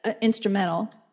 instrumental